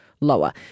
lower